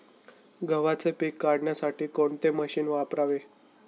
गव्हाचे पीक काढण्यासाठी कोणते मशीन वापरावे?